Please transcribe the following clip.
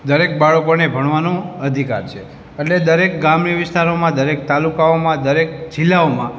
દરેક બાળકોને ભણવાનો અધિકાર છે અને દરેક ગ્રામ્ય વિસ્તારોમાં દરેક તાલુકાઓમાં દરેક જિલ્લાઓમાં